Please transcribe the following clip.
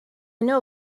know